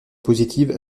positive